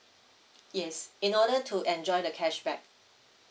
yes in order to enjoy the cashback